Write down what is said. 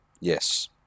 Yes